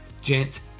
gents